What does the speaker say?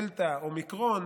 דלתא או מיקרון,